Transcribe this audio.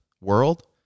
world